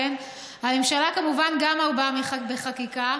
הממשלה כמובן גם מרבה בחקיקה.